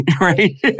right